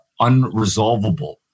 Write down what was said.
unresolvable